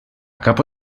capo